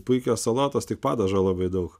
puikios salotos tik padažo labai daug